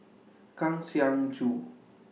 Kang Siong Joo